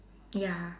ya